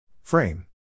Frame